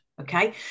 Okay